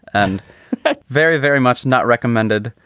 and very, very much not recommended.